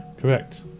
Correct